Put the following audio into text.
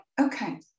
okay